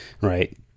right